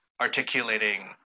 articulating